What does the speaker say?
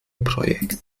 projekt